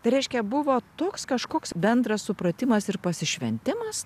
tai reiškia buvo toks kažkoks bendras supratimas ir pasišventimas